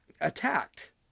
attacked